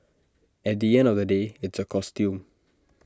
at the end of the day it's A costume